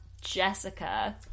Jessica